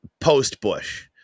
post-Bush